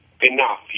enough